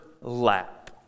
lap